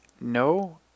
no